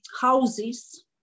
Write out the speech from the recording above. houses